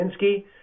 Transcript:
Kaminsky